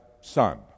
son